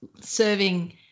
serving